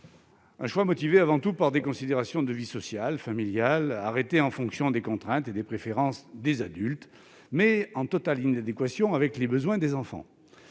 Ce choix est motivé avant tout par des considérations de vie sociale et familiale et il a été arrêté en fonction des contraintes et des préférences des adultes, mais il reste en totale inadéquation avec les besoins des enfants.